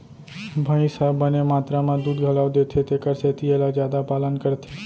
भईंस ह बने मातरा म दूद घलौ देथे तेकर सेती एला जादा पालन करथे